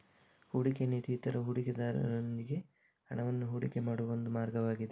ಹೂಡಿಕೆಯ ನಿಧಿಯು ಇತರ ಹೂಡಿಕೆದಾರರೊಂದಿಗೆ ಹಣವನ್ನ ಹೂಡಿಕೆ ಮಾಡುವ ಒಂದು ಮಾರ್ಗವಾಗಿದೆ